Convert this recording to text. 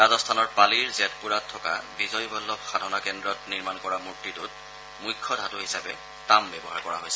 ৰাজস্থানৰ পালিৰ জেটপুৰাত থকা বিজয়বল্লভ সাধনা কেন্দ্ৰত নিৰ্মাণ কৰা মূৰ্তিটোত মুখ্য ধাতু হিচাপে তাম ব্যৱহাৰ কৰা হৈছে